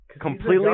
Completely